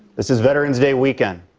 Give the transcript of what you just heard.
this is veterans day weekend,